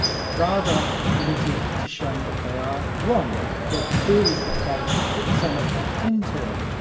but rather committed to showing that they are wrong, but that the theories that they put so much effort into,